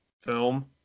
film